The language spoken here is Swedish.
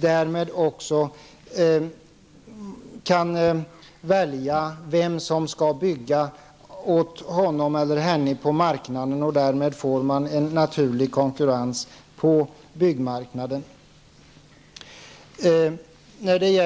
Därmed kan han henne. Det uppstår då en naturlig konkurrens på byggmarknaden. Det är